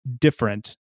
different